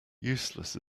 useless